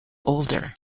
older